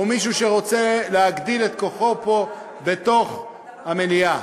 או שמישהו שרוצה להגדיל את כוחו פה, בתוך המליאה.